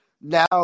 now